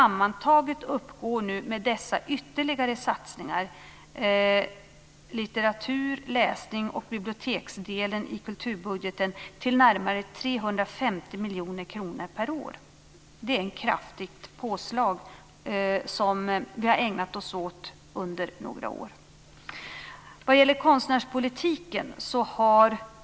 Med dessa ytterligare satsningar uppgår litteratur-, läsnings och biblioteksdelen i kulturbudgeten till närmare 350 miljoner kronor per år. Det är ett kraftigt påslag som vi har gjort under några år.